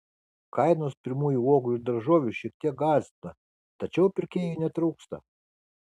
kainos pirmųjų uogų ir daržovių šiek tiek gąsdina tačiau pirkėjų netrūksta